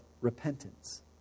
repentance